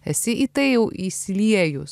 esi į tai jau įsiliejus